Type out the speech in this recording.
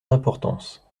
d’importance